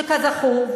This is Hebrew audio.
שכזכור,